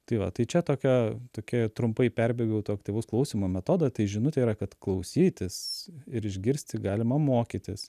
tai va tai čia tokia tokia trumpai perbėgau to aktyvaus klausymo metodą tai žinutė yra kad klausytis ir išgirsti galima mokytis